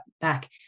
Back